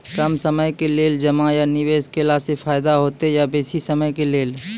कम समय के लेल जमा या निवेश केलासॅ फायदा हेते या बेसी समय के लेल?